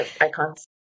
icons